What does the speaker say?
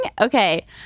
Okay